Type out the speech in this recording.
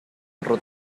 otro